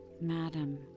madam